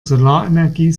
solarenergie